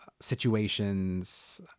situations